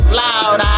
loud